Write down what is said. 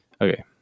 okay